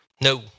No